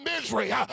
misery